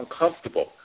uncomfortable